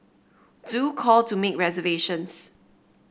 do call to make reservations